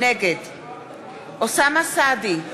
נגד אוסאמה סעדי,